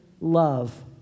love